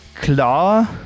klar